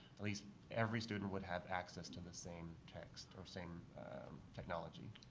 at least every student would have access to the same text or same technology.